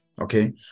Okay